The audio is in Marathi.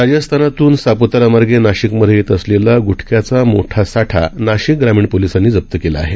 राजस्थानातूनसाप्तारामार्गेनाशिकमध्येयेतअसलेलाग्टख्याचामोठासाठानाशिकग्रामीणपोलिसांनीजप्तके लाआहे